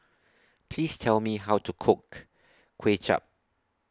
Please Tell Me How to Cook Kuay Chap